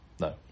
No